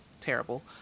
terrible